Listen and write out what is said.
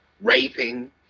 raping